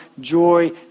joy